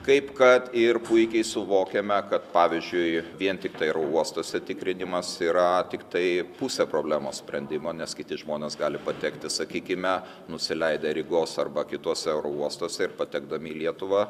kaip kad ir puikiai suvokiame kad pavyzdžiui vien tiktai oro uostuose tikrinimas yra tiktai pusė problemos sprendimo nes kiti žmonės gali patekti sakykime nusileidę rygos arba kituose oro uostuose ir patekdami į lietuvą